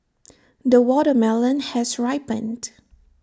the watermelon has ripened